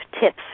tips